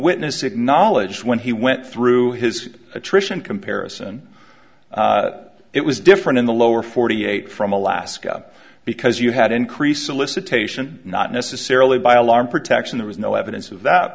witness acknowledged when he went through his attrition comparison it was different in the lower forty eight from alaska because you had increase elicitation not necessarily by alarm protection there was no evidence of that